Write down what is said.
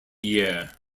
year